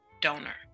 donor